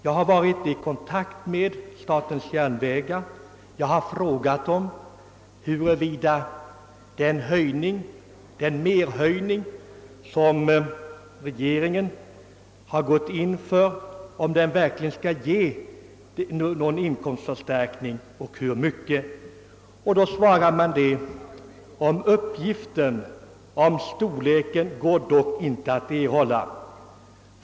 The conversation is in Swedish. Jag har varit i kontakt med järnvägsstyrelsen och frågat, huruvida den merhöjning som regeringen har beslutat verkligen skall ge någon: inkomstförstärkning och i så fall hur mycket. Det svarades då att uppgifter om storleken därav inte går att erhålla.